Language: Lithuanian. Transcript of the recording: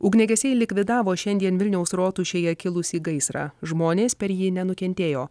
ugniagesiai likvidavo šiandien vilniaus rotušėje kilusį gaisrą žmonės per jį nenukentėjo